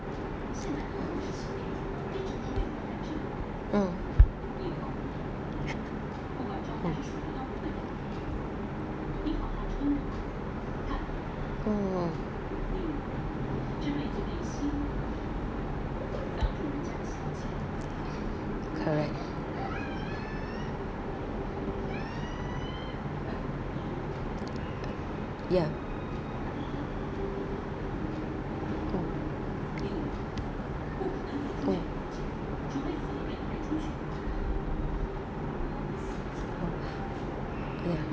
mm mm mm correct ya mm mm mm ya